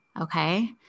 Okay